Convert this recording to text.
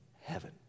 heaven